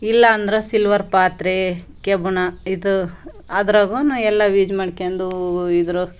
ಇಲ್ಲ ಅಂದರೆ ಸಿಲ್ವರ್ ಪಾತ್ರೆ ಕಬ್ಬುಣ ಇದು ಅದ್ರಾಗು ಎಲ್ಲ ವೀಜ್ ಮಾಡ್ಕೊಂಡು ಇದ್ರು